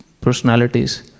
personalities